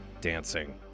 Dancing